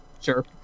sure